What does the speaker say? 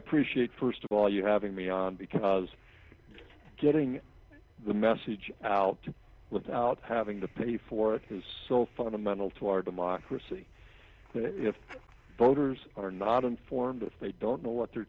appreciate first of all you having me on because getting the message out without having to pay for it is so fundamental to our democracy if voters are not informed if they don't know what their